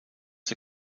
der